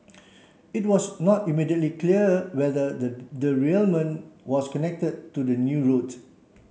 it was not immediately clear whether the derailment was connected to the new route